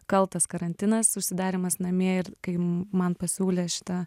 kaltas karantinas užsidarymas namie ir kai m man pasiūlė šitą